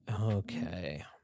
Okay